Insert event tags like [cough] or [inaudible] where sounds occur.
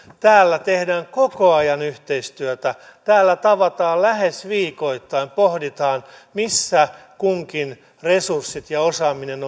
täällä tehdään koko ajan yhteistyötä täällä tavataan lähes viikoittain pohditaan missä kunkin resurssit ja osaaminen [unintelligible]